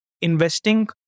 investing